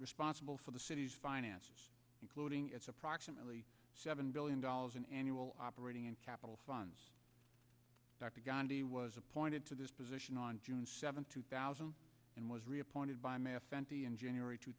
responsible for the city's finances including its approximately seven billion dollars in annual operating and capital funds that the gandhi was appointed to this position on june seventh two thousand and was reappointed by matt fenty in january two